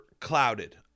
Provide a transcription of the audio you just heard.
clouded